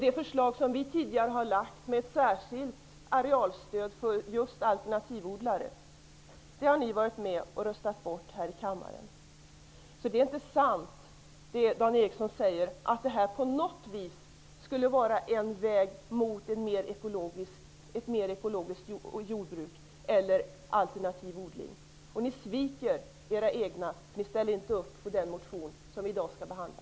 Det förslag som vi tidigare har lagt fram om ett särskilt arealstöd för just alternativodlare har ni varit med om att rösta bort här i kammaren. Det Dan Ericsson säger om att detta på något vis skulle vara en väg mot ett mer ekologiskt jordbruk eller alternativ odling är inte sant. Ni sviker era egna när ni inte ställer upp på den motion som vi skall behandla i dag.